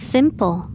Simple